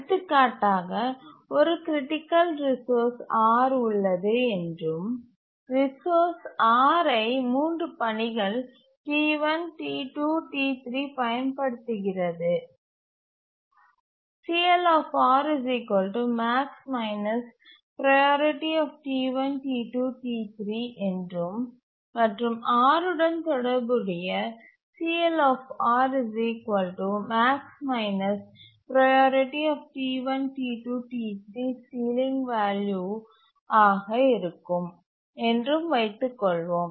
எடுத்துக்காட்டாக ஒரு critical resource R உள்ளது என்றும் ரிசோர்ஸ் Rஐ 3 பணிகள் T1 T2 T3 பயன்படுத்துகிறது என்றும் மற்றும் R உடன் தொடர்புடைய சீலிங் வேல்யூ ஆக இருக்கும் என்றும் வைத்துக் கொள்வோம்